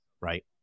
right